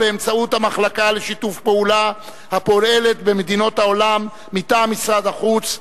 באמצעות המחלקה לשיתוף פעולה הפועלת במדינות העולם מטעם משרד החוץ,